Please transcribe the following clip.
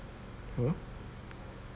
uh